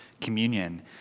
communion